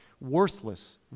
Worthless